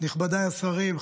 נכבדיי השרים,